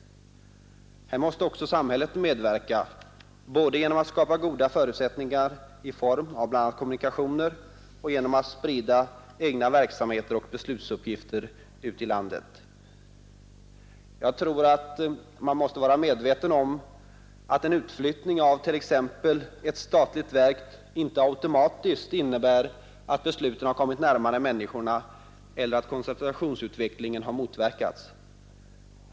Här måste också samhället medverka både genom att skapa goda förutsättningar i form av bl.a. kommunikationer och genom att sprida egna verksamheter och beslutsuppgifter ut i landet. Jag tror man måste vara medveten om att en utflyttning av t.ex. ett statligt verk inte automatiskt innebär att besluten har kommit närmare människorna eller att koncentrationsutvecklingen har motverkats.